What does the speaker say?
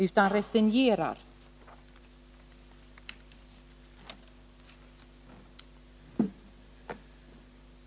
Det är inte underligt att de resignerar.